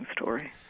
story